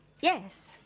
Yes